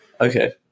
okay